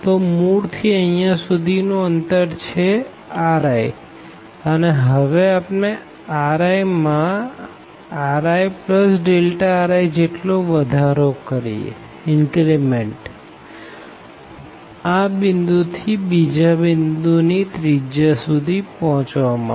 તો મૂળ થી અહિયાં સુધી નું અંતર છે riઅને હવે આપણે ri માં riri જેટલો વધારો કરીએ આ પોઈન્ટ થી બીજા પોઈન્ટ ની રેડીઅસ સુધી પોહચવા માટે